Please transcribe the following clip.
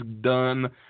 done